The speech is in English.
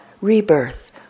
rebirth